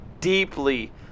deeply